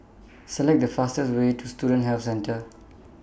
Select The fastest Way to Student Health Centre